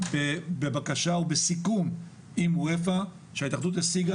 בבקשה ובסיכום עם אופ"א שההתאחדות השיגו,